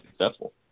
successful